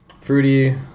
Fruity